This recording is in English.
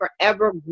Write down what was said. forever